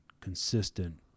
consistent